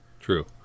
True